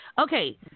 Okay